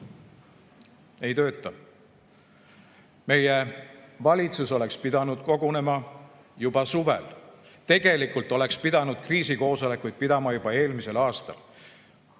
Ei tööta! Meie valitsus oleks pidanud kogunema juba suvel. Tegelikult oleks pidanud kriisikoosolekuid pidama juba eelmisel aastal.